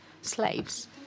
slaves